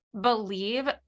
believe